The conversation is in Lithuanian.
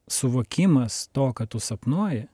suvokimas to ką tu sapnuoji